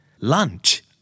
Lunch